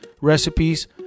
recipes